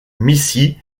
missy